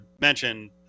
mention